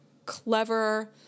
clever